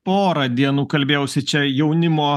porą dienų kalbėjausi čia jaunimo